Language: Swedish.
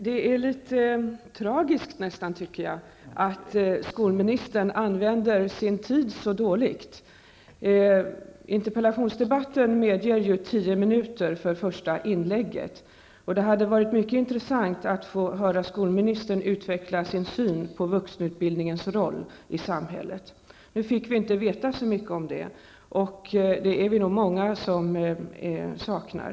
Fru talman! Det är nästan litet tragiskt att skolministern använder sin tid så dåligt. Reglerna för interpellationsdebatter ger ju statsrådet tio minuter för det första inlägget. Det hade varit mycket intressant att få höra skolministern utveckla sin syn på vuxenutbildningens roll i samhället. Nu fick vi inte veta så mycket om det, och det är vi nog många som beklagar.